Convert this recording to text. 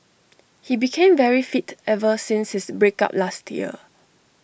he became very fit ever since his break up last year